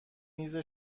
میز